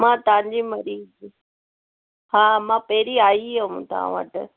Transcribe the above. मां तव्हांजी मरीज हा मां पहिरीं आई हुयमि तव्हां वटि